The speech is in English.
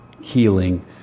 healing